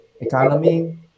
economy